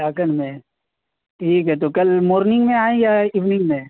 چاکن میں ٹھیک ہے تو کل مارننگ میں آئیں یا ایوننگ میں